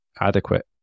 adequate